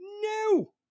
No